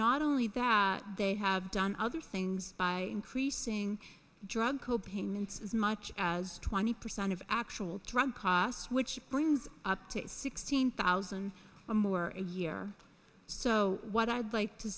not only that they have done other things by creasing drug co payments as much as twenty percent of actual drug costs which brings up to sixteen thousand a year so what i'd like to